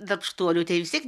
darbštuolių tai vistiek